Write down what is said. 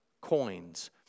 coins